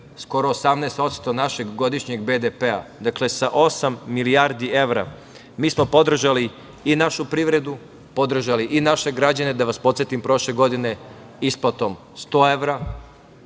skoro 18% našeg godišnjeg BDP-a, dakle sa osam milijardi evra, mi smo podržali i našu privredu, podržali i naše građane, da vas podsetim prošle godine isplatom 100 evra,